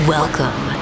Welcome